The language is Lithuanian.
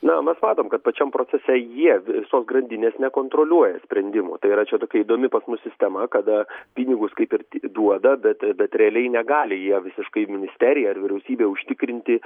na mes matom kad pačiam procese jie visos grandinės nekontroliuoja sprendimų tai yra čia tokia įdomi pas mus sistema kada pinigus kaip ir duoda bet bet realiai negali jie visiškai ministerija ar vyriausybė užtikrinti